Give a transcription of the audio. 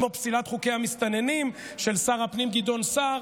כמו פסילת חוקי המסתננים של שר הפנים גדעון סער,